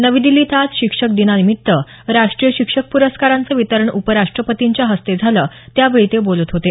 नवी दिल्ली इथं आज शिक्षक दिनानिमित्त राष्ट्रीय शिक्षक प्रस्कारांचं वितरण उपराष्ट्रपतींच्या हस्ते झालं त्यावेळी ते बोलत होते